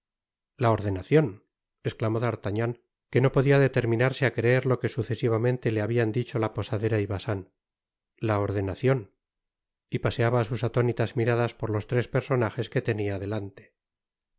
la ordenacion esclamó d'arlagnan que no podia determinarse á creer lo que sucesivamente le habian dicho la posadera y bacín la ordenacion y paseaba sus atónitas miradas por los tres personajes que tenia delante